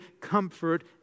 comfort